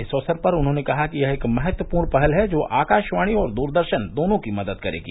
इस अक्सर पर उन्होंने कहा कि यह एक महत्वपूर्ण पहल है जो आकाशवाणी और दूरदर्शन दोनों की मदद करेगी